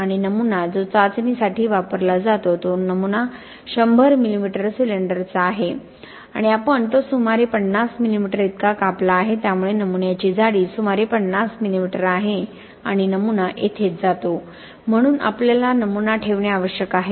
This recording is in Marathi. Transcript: आणि नमुना जो चाचणीसाठी वापरला जातो तो नमुना 100 मिमी सिलिंडरचा आहे आणि आपण तो सुमारे 50 मिमी इतका कापला आहे त्यामुळे नमुन्याची जाडी सुमारे 50 मिमी आहे आणि नमुना येथेच जातो म्हणून आपल्याला नमुना ठेवणे आवश्यक आहे